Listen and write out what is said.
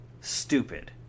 stupid